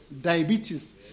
diabetes